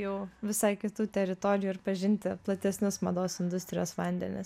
jau visai kitų teritorijų ir pažinti platesnius mados industrijos vandenis